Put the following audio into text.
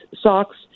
socks